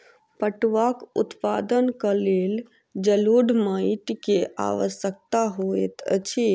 पटुआक उत्पादनक लेल जलोढ़ माइट के आवश्यकता होइत अछि